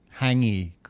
hangy